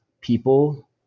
people